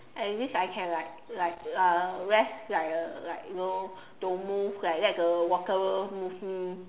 at least I can like like uh rest like a like you know don't move like let the water move me